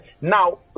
Now